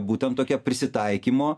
būtent tokia prisitaikymo